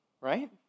right